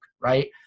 right